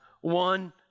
One